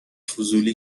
فضولی